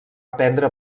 aprendre